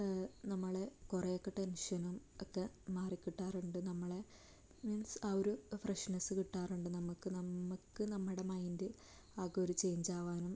നമ്മളെ കുറേയൊക്കെ ടെൻഷനും ഒക്കെ മാറി കിട്ടാറുണ്ട് നമ്മളെ മീൻസ് ആ ഒരു ഫ്രഷ്നസ്സ് കിട്ടാറുണ്ട് നമുക്ക് നമുക്ക് നമ്മുടെ മൈൻഡ് ആകെ ഒരു ചേയ്ഞ്ച് ആവാനും